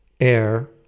air